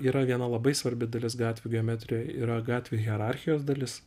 yra viena labai svarbi dalis gatvių geometrijoj yra gatvių hierarchijos dalis